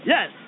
Yes